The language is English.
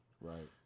Right